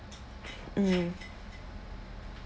mm